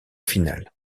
finale